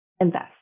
invest